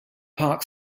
park